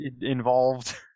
involved